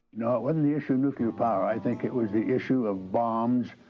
no, it wasn't the issue of nuclear power. i think it was the issue of bombs,